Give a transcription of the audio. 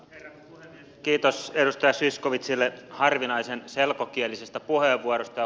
kiitos edustaja zyskowiczille harvinaisen selkokielisestä puheenvuorosta